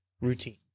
routine